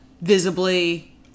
visibly